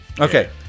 Okay